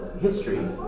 history